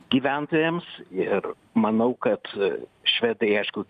gyventojams ir manau kad švedai aišku